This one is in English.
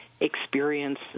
experience